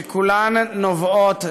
שכולן נובעות,